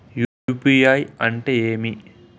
UPI అంటే ఏమి?